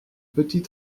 petits